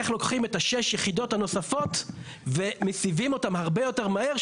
איך לוקחים את שש היחידות הנוספות ומסבים אותן הרבה יותר מהר,